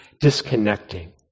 disconnecting